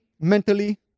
mentally